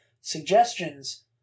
suggestions